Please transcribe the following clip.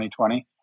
2020